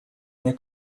miei